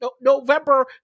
November